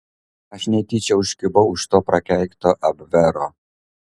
aš netyčia užkibau už to prakeikto abvero